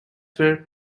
were